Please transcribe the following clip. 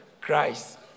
Christ